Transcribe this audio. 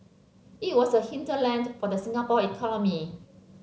it was the hinterland for the Singapore economy